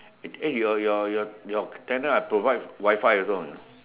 eh your your your your tenant I provide Wi-Fi also or not